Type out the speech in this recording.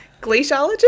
Glaciologist